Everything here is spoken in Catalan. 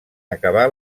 acabar